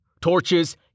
Torches